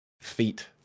Feet